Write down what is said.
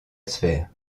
sphère